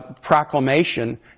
proclamation